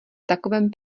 takovém